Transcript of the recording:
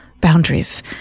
boundaries